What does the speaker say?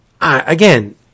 again